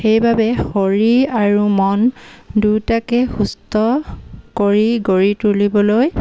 সেইবাবে শৰীৰ আৰু মন দুয়োটাকে সুস্থ কৰি গঢ়ি তুলিবলৈ